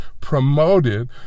promoted